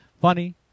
funny